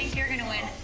you're gonna win.